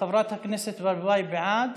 חברת הכנסת ברביבאי, בעד,